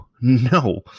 no